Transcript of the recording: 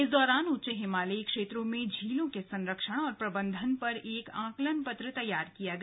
इस दौरान उच्च हिमालयी क्षेत्रों में झीलों के संरक्षण और प्रबंधन पर एक आकलन पत्र तैयार किया गया